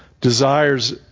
desires